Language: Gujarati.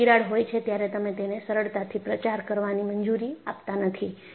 જ્યારે તિરાડ હોય છે ત્યારે તમે તેને સરળતાથી પ્રચાર કરવાની મંજૂરી આપતા નથી